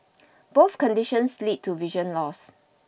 both conditions led to vision loss